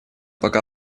пока